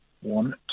One